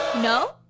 No